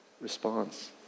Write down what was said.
response